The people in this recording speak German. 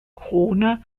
krone